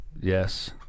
yes